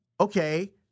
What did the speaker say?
okay